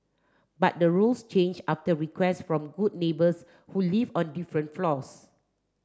but the rules change after requests from good neighbours who live on different floors